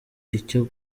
icyo